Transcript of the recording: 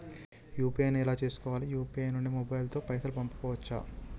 UPI ను ఎలా చేస్కోవాలి యూ.పీ.ఐ నుండి మొబైల్ తో పైసల్ పంపుకోవచ్చా?